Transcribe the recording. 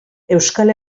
euskal